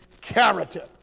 character